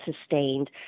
sustained